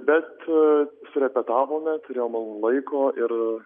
bet surepetavome turėjome laiko ir